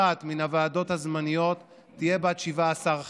כל אחת מן הוועדות הזמניות תהיה בת 17 חברים.